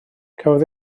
cafodd